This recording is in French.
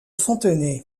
fontenay